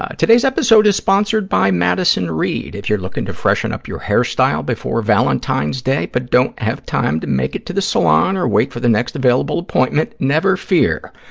ah today's episode is sponsored by madison reed. if you're looking to freshen up your hairstyle before valentine's day but don't have time to make it to the salon or wait for the next available appointment, never fear.